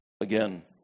Again